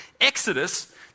Exodus